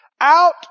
Out